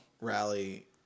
rally